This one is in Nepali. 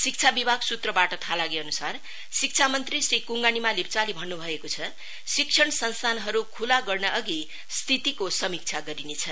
शिक्षा विभाग सूत्रबाट थाहा लागेअनुसार शिक्षा मंत्री श्री कुङ्गा निमा लेप्चाले भन्नु भएको छ शिक्षण संस्थानहरु खुला गर्न अघि स्थितिको समीक्षा गरिनेछ